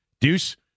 Deuce